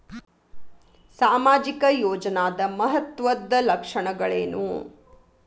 ಸಾಮಾಜಿಕ ಯೋಜನಾದ ಮಹತ್ವದ್ದ ಲಕ್ಷಣಗಳೇನು?